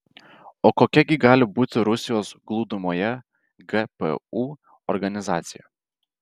o kokia gi gali būti rusijos glūdumoje gpu organizacija